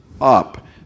up